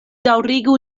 daŭrigu